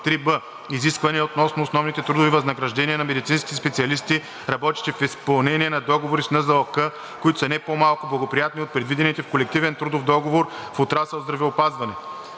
„3б. изисквания относно основните трудови възнаграждения на медицинските специалисти, работещи в изпълнение на договори с НЗОК, които са не по-малко благоприятни от предвидените в колективен трудов договор в отрасъл „Здравеопазване“.